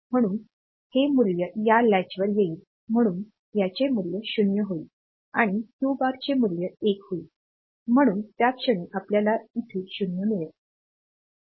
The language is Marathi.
म्हणून हे मूल्य या लॅचवर येईल म्हणून याचे मूल्य 0 होईल आणि क्यू बार चे मूल्य 1 होईल म्हणून त्याक्षणी आपल्याला ईथे 0 मिळत आहे